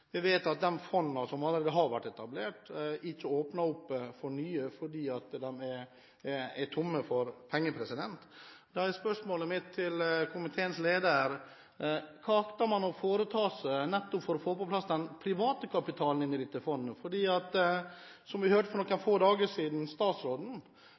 Vi vet at de fondene som allerede har vært etablert, ikke åpner opp for nye fordi de er tomme for penger. Da er spørsmålet mitt til komiteens leder: Hva skal man nå foreta seg for å få på plass den private kapitalen i dette fondet? Som vi hørte for noen